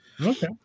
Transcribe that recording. Okay